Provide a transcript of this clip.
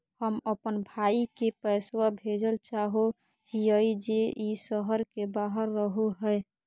हम अप्पन भाई के पैसवा भेजल चाहो हिअइ जे ई शहर के बाहर रहो है